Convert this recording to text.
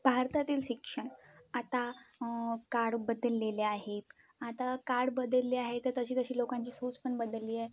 भारतातील शिक्षण आता काळ बदललेले आहेत आता काळ बदलले आहे तर तशी तशी लोकांची सोच पण बदलली आहे